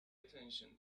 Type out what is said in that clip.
attention